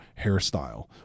hairstyle